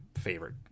favorite